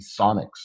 sonics